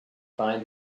find